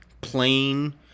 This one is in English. plain